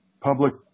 public